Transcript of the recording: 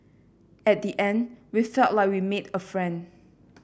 at the end we felt like we made a friend